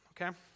okay